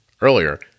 earlier